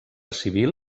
civil